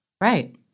Right